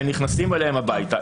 ונכנסים אליהם הביתה.